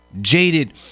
jaded